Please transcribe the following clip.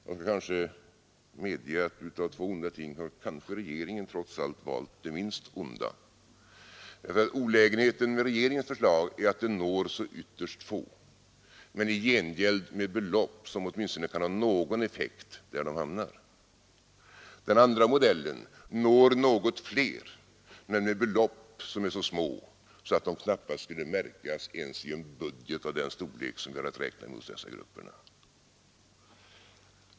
Jag skall medge att av två onda ting har kanske regeringen trots allt valt det minst onda. Olägenheten med regeringens förslag är att det når så ytterst få, men i gengäld med belopp som åtminstone kan ha någon effekt där de hamnar. Den andra modellen når något fler, men med belopp som är så små att de knappast skulle märkas ens i en budget av den storlek som vi har att räkna med hos dessa grupper.